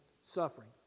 suffering